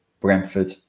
Brentford